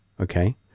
okay